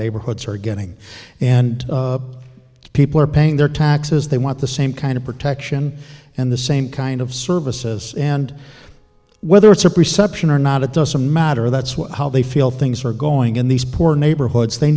neighborhoods are getting and people are paying their taxes they want the same kind of protection and the same kind of services and whether it's a perception or not it doesn't matter that's what how they feel things are going in these poor neighborhoods they